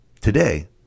Today